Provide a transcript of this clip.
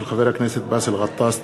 של חבר הכנסת באסל גטאס.